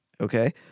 okay